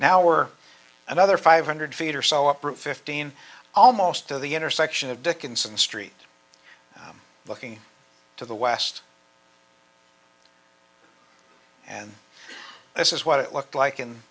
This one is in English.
we're another five hundred feet or so up or fifteen almost to the intersection of dickinson street i'm looking to the west and this is what it looked like in